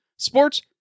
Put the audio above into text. Sports